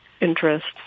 interests